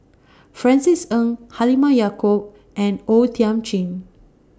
Francis Ng Halimah Yacob and O Thiam Chin